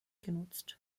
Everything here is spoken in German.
genutzt